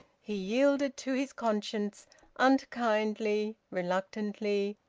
he yielded to his conscience unkindly, reluctantly,